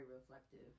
reflective